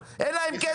היישום הזה הוא השנה,